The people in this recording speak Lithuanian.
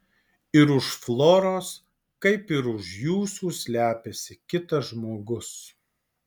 ir už floros kaip ir už jūsų slepiasi kitas žmogus